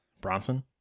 Bronson